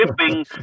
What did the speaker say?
shipping